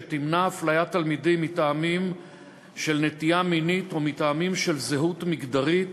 שתמנע אפליית תלמידים מטעמים של נטייה מינית או מטעמים של זהות מגדרית